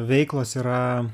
veiklos yra